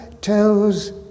tells